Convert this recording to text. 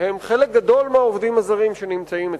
הם חלק גדול מהעובדים הזרים שנמצאים אצלנו.